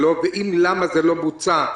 למה זה לא בוצע?